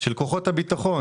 של כוחות הביטחון,